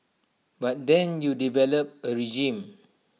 but then you develop A regime